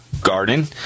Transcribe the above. garden